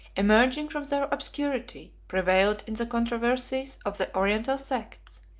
emerging from their obscurity, prevailed in the controversies of the oriental sects,